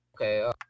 okay